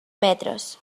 metres